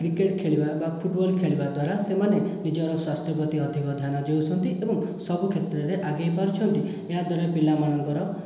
cricket ଖେଳିବା ବା football ଖେଳିବା ଦ୍ୱାରା ସେମାନେ ନିଜର ସ୍ବାସ୍ଥ୍ୟ ପ୍ରତି ଅଧିକ ଧ୍ୟାନ ଦେଉଛନ୍ତି ଏବଂ ସବୁ କ୍ଷେତ୍ରରେ ଆଗେଇ ପାରୁଛନ୍ତି ଏହା ଦ୍ୱାରା ପିଲା ମାନଙ୍କର